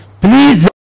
Please